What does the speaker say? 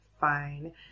fine